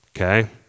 okay